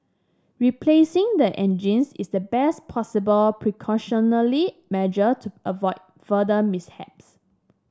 replacing the engines is the best possible precautionary measure to avoid further mishaps